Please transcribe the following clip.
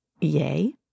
yay